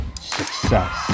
success